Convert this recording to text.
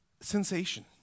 sensation